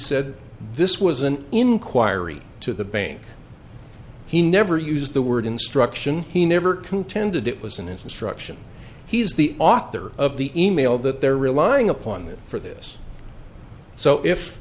said this was an inquiry to the bank he never used the word instruction he never contended it was an instruction he's the author of the e mail that they're relying upon this for this so if